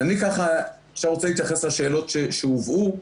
עכשיו אני רוצה להתייחס לשאלות שהועלו.